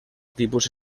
tipus